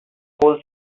whole